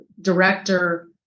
director